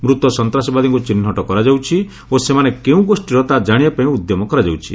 ମୃତ ସନ୍ତାସବାଦୀମାନଙ୍କୁ ଚହ୍ନଟ କରାଯାଉଛି ଓ ସେମାନେ କେଉଁ ଗୋଷୀର ତାହା ଜାଣିବାପାଇଁ ଉଦ୍ୟମ କରାଯାଉଛି